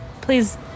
please